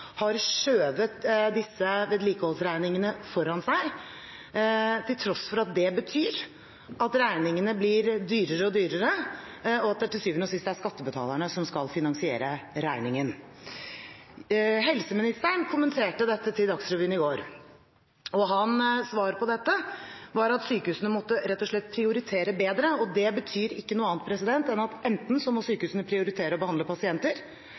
har skjøvet disse vedlikeholdsregningene foran seg, til tross for at det betyr at regningene blir høyere og høyere, og at det til syvende og sist er skattebetalerne som skal finansiere det. Helseministeren kommenterte dette til Dagsrevyen i går, og hans svar på dette var at sykehusene rett og slett måtte prioritere bedre. Det betyr ikke noe annet enn at sykehusene enten må prioritere å behandle pasienter